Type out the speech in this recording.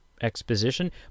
exposition